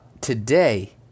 Today